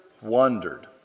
wondered